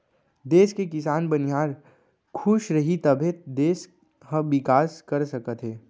देस के किसान, बनिहार खुस रहीं तभे देस ह बिकास कर सकत हे